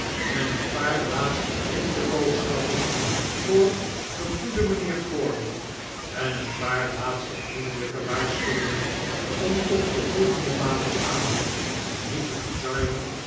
en een paar laatste dringende boodschappen voor den goeden mgnheer forley en een paar laatste vnendelgke waarschuwingen om toch den volgenden maandagavond met te verzuimen